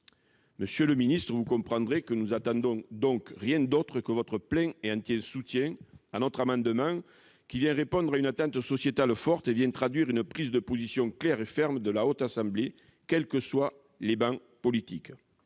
Monsieur le ministre, vous comprendrez que nous n'attendons donc rien d'autre que votre plein et entier soutien à notre amendement, qui vient répondre à une attente sociétale forte et vient traduire une prise de position claire et ferme de la Haute Assemblée, quels que soient les bancs politiques.